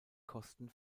kosten